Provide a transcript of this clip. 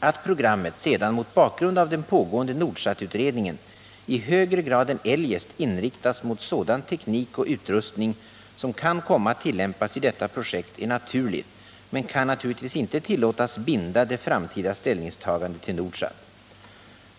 Att programmet sedan mot bakgrund av den pågående Nordsatutredningen i högre grad än eljest inriktas mot sådan teknik och utrustning som kan komma att tillämpas i detta projekt är naturligt men kan naturligtvis inte tillåtas binda det framtida ställningstagandet till Nordsat.